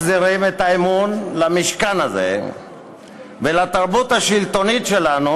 מחזירים את האמון במשכן הזה ובתרבות השלטונית שלנו,